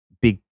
big